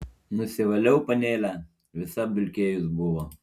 nusivaliau panelę visa apdulkėjus buvo